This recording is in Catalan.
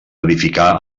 edificar